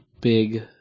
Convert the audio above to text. big